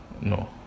No